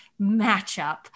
matchup